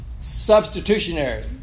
substitutionary